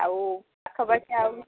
ଆଉ ପାଖାପାଖି ଆଉ